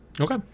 okay